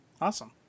awesome